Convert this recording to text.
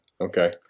Okay